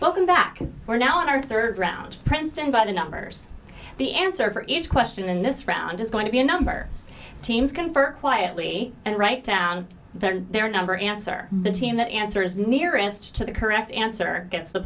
welcome back we're now on our third round princeton by the numbers the answer for each question in this round is going to be a number of teams confer quietly and write down their number answer the team that answers nearest to the correct answer gets the